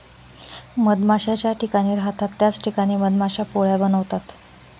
मधमाश्या ज्या ठिकाणी राहतात त्याच ठिकाणी मधमाश्या पोळ्या बनवतात